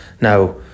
Now